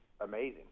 amazing